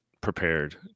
prepared